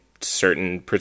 certain